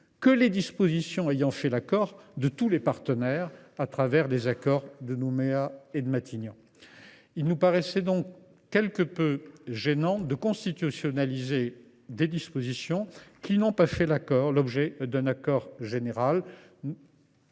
que les dispositions ayant suscité l’accord de tous les partenaires au travers des accords de Nouméa et de Matignon. Il nous paraissait donc quelque peu gênant de constitutionnaliser des dispositions n’ayant pas fait l’objet d’un accord général.